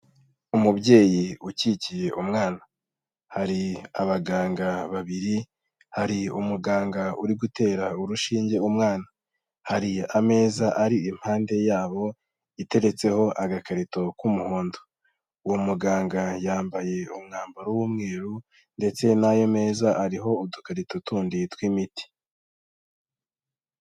Umubyeyi ukikiye umwana, hari abaganga babiri, hari umuganga uri gutera urushinge umwana, hari ameza ari impande yabo iteretseho agakarito k'umuhondo, uwo muganga yambaye umwambaro w'umweru ndetse n'ayo meza ariho udukarito tundi tw'imiti.